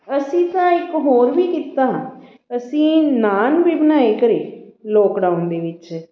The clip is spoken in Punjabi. ਅਸੀਂ ਤਾਂ ਇੱਕ ਹੋਰ ਵੀ ਕੀਤਾ ਨਾ ਅਸੀਂ ਨਾਨ ਵੀ ਬਣਾਏ ਘਰ ਲੋਕਡਾਊਨ ਦੇ ਵਿੱਚ